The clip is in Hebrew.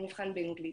מבחן באנגלית.